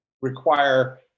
require